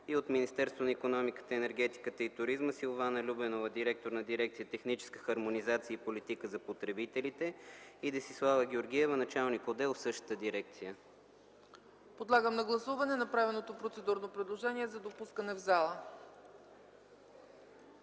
от Министерството на икономиката, енергетиката и туризма – Силвана Любенова – директор на дирекция „Техническа хармонизация и политика за потребителите”, и Десислава Георгиева – началник на отдел в същата дирекция. ПРЕДСЕДАТЕЛ ЦЕЦКА ЦАЧЕВА: Подлагам на гласуване направеното процедурно предложение за допускане в